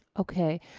okay,